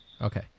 okay